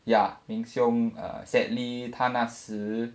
ya meng siong err sadly 他那时